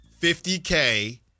50k